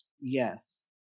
Yes